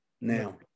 now